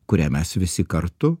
kurią mes visi kartu